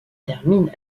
termine